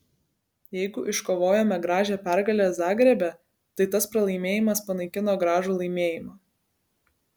jeigu iškovojome gražią pergalę zagrebe tai tas pralaimėjimas panaikino gražų laimėjimą